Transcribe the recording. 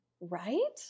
Right